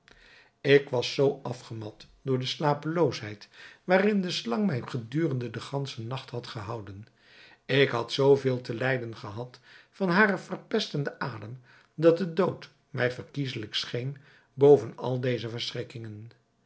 ik was zoo afgemat door de slapeloosheid waarin de slang mij gedurende den ganschen nacht had gehouden ik had zoo veel te lijden gehad van haren verpestenden adem dat de dood mij verkieselijk scheen boven al deze